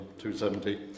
270